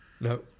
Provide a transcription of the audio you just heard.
No